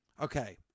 Okay